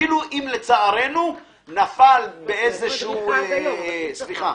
אפילו אם לצערנו נפל --- מדריכה --- סליחה.